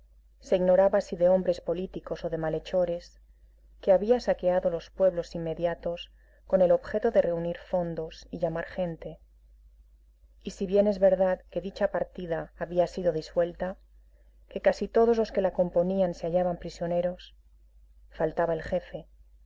se ignoraba si de hombres políticos o de malhechores que había saqueado los pueblos inmediatos con el objeto de reunir fondos y llamar gente y si bien es verdad que dicha partida había sido disuelta que casi todos los que la componían se hallaban prisioneros faltaba el jefe